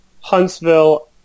Huntsville